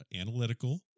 analytical